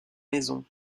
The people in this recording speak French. maisons